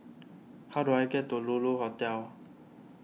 how do I get to Lulu Hotel